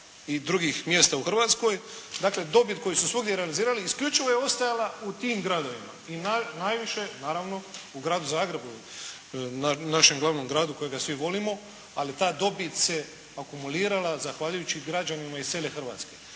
i drugih mjesta u Hrvatskoj, dakle dobit koju su svugdje realizirali isključivo je ostajala u tim gradovima i najviše, naravno u gradu Zagrebu, našem glavnom gradu kojega svi volimo, ali ta dobit se akumulirala zahvaljujući građanima iz cijele Hrvatske